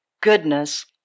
goodness